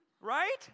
Right